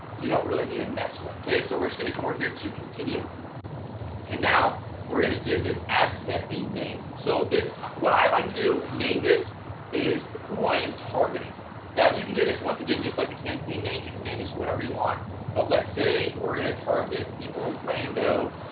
you don't really need a mess web okay, so we're just going to come over here to continue and now we're gonna give this ad set a name. so this what i like to do name, this is who i am targeting now, you can get this once again just like the campaign name you can name this whatever you want but let's say we're gonna target the orlando